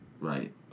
Right